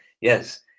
yes